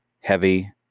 heavy